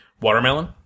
Watermelon